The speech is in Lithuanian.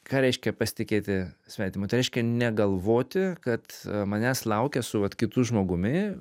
ką reiškia pasitikėti svetimu tai reiškia negalvoti kad manęs laukia su vat kitu žmogumi